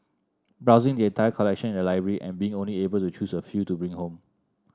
browsing the entire collection in the library and being only able to choose a few to bring home